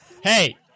hey